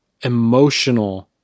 emotional